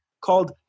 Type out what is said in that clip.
called